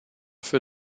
für